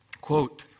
quote